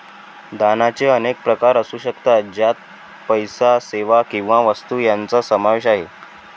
दानाचे अनेक प्रकार असू शकतात, ज्यात पैसा, सेवा किंवा वस्तू यांचा समावेश आहे